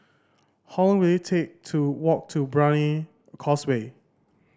how long will it take to walk to Brani Causeway